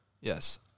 Yes